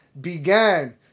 Began